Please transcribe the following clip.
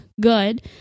good